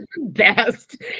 Best